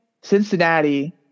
Cincinnati